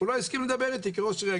כראש עירייה,